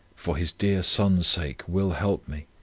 for his dear son's sake will help me.